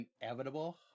Inevitable